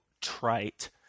trite